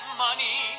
money